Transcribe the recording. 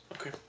Okay